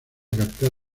capital